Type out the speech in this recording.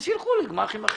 אז ילכו לגמ"חים אחרים.